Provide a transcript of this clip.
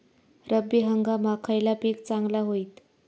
रब्बी हंगामाक खयला पीक चांगला होईत?